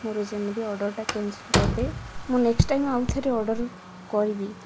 ମୋର ଯେମିତି ଅର୍ଡ଼ର୍ଟା କ୍ୟାନସଲ୍ କରିଦିଏ ମୁଁ ନେକ୍ସଟ୍ ଟାଇମ୍ ଆଉ ଥରେ ଅର୍ଡ଼ର୍ କରିବି